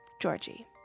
Georgie